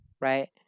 right